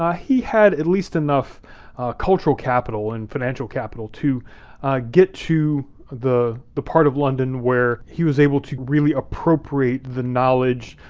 ah he had at least enough cultural capital and financial capital to get to the the part of london where he was able to really appropriate the knowledge,